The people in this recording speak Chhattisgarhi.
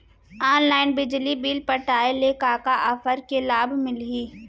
ऑनलाइन बिजली बिल पटाय ले का का ऑफ़र के लाभ मिलही?